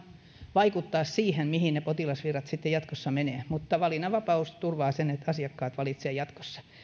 vaikuttaa siihen mihin ne potilasvirrat sitten jatkossa menevät mutta valinnanvapaus turvaa sen että asiakkaat valitsevat jatkossa